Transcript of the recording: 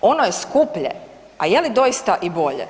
Ono je skuplje, a je li doista i bolje?